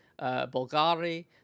Bulgari